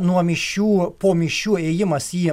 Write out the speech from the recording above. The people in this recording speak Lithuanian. nuo mišių po mišių įėjimas į